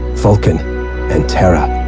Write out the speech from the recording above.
vulcan and terra.